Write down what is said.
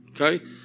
Okay